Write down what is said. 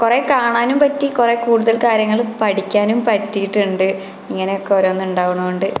കുറേ കാണാനും പറ്റി കുറേ കൂടുതല് കാര്യങ്ങള് പഠിക്കാനും പറ്റിയിട്ടുണ്ട് ഇങ്ങനെയൊക്കെ ഓരോന്ന് ഉണ്ടാകണതു കൊണ്ട്